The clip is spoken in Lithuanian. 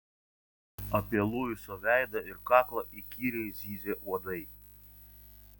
apie luiso veidą ir kaklą įkyriai zyzė uodai